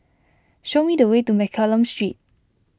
show me the way to Mccallum Street